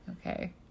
Okay